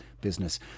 business